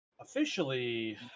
Officially